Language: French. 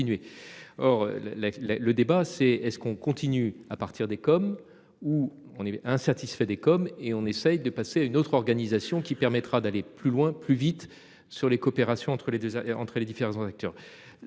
la le débat c'est, est-ce qu'on continue à partir des comme où on est insatisfait des comme et on essaye de passer à une autre organisation qui permettra d'aller plus loin, plus vite sur les coopérations entre les deux, entre les